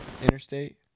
interstate